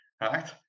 Right